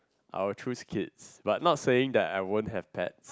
I will choose kids but not saying that I won't have pet